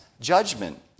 judgment